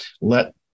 Let